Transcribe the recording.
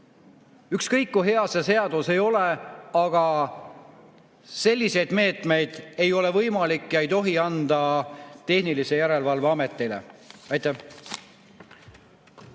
Ükskõik kui hea see seadus ei ole, aga selliseid meetmeid ei ole võimalik anda ega tohi anda tehnilise järelevalve ametile. Aitäh!